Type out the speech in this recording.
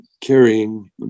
carrying